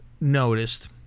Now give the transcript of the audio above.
noticed